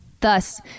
Thus